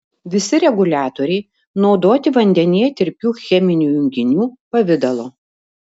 visi reguliatoriai naudoti vandenyje tirpių cheminių junginių pavidalo